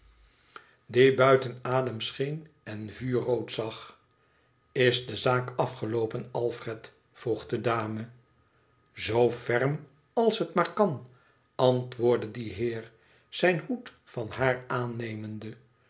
die buiten adem scheen en vuurrood zag is de zaak afgeloopen alfred vroeg de dame t zoo ferm als het maar kan antwoordde die heer zijn hoed van haar aannemende